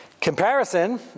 comparison